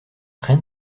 rien